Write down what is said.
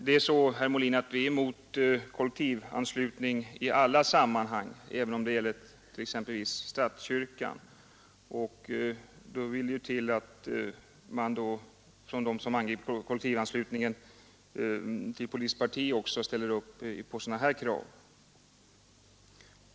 Det är så, herr Molin, att vi är emot kollektivanslutning i alla sammanhang, även om det gäller exempelvis statskyrkan, och då vill det till att de som angriper kollektivanslutningen till politiskt parti ställer upp bakom sådana krav.